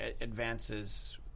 advances